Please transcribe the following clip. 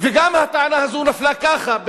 וגם הטענה הזאת נפלה ככה,